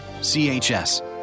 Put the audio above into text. CHS